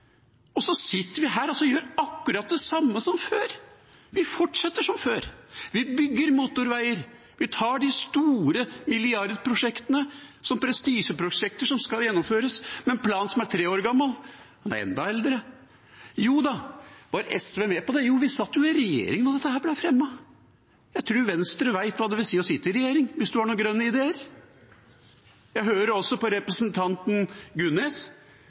og så sitter vi her og gjør akkurat det samme som før. Vi fortsetter som før; vi bygger motorveier, vi tar de store milliardprosjektene som prestisjeprosjekter som skal gjennomføres med en plan som er tre år gammel eller enda eldre. Var SV med på det? Jo da, vi satt i regjering da dette ble fremmet. Jeg tror Venstre vet hva det vil si å sitte i regjering hvis man har noen grønne ideer. Jeg hører også på representanten Gunnes